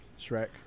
Shrek